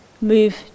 move